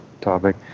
topic